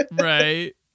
Right